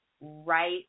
right